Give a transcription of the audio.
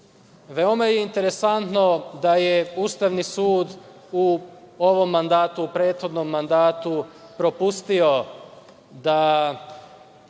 je interesantno da je Ustavni sud u ovom mandatu, u prethodnom mandatu propustio da